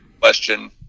question